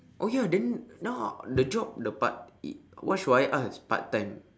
oh ya then now the job the part what should I ask part time